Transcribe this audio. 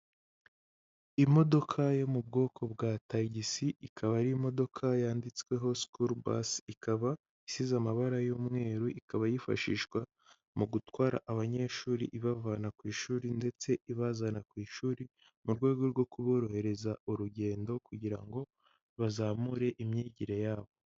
Imodoka yo mu bwoko bwa tagisi, ikaba ari imodoka yanditsweho school bus. Ikaba isize amabara y'umweru, ikaba yifashishwa mu gutwara abanyeshuri ibavana ku ishuri ndetse ibazana ku ishuri mu rwego rwo kuborohereza urugendo kugira ngo bazamure imyigire yabo.